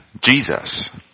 Jesus